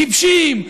טיפשים,